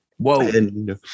Whoa